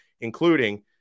including